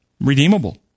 redeemable